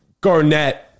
Garnett